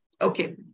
Okay